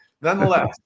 nonetheless